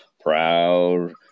Proud